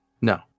No